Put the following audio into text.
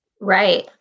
right